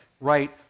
right